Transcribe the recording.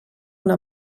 una